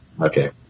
okay